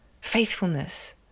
faithfulness